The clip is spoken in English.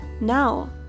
Now